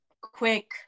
quick